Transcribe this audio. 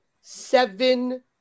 seven